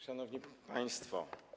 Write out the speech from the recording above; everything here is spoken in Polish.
Szanowni Państwo!